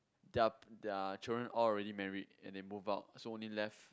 their their children all already married and then move out so only left